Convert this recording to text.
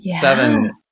seven